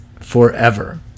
Forever